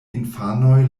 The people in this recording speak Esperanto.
infanoj